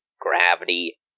gravity